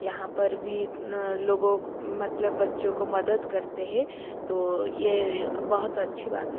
यहाँ पर भी इन लोगों को मतलब बच्चों को मदद करते है तो ये बहुत अच्छी बात है